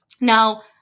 Now